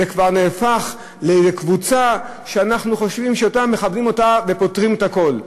זה כבר נהפך לקבוצה שאנחנו חושבים שיותר מכוונים אותה ופוטרים את הכול.